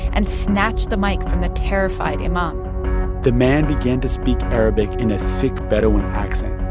and snatched the mic from the terrified imam the man began to speak arabic in a thick bedouin accent.